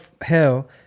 hell